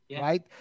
right